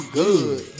good